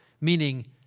meaning